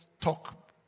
talk